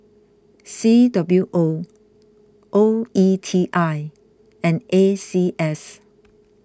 C W O O E T I and A C S